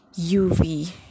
uv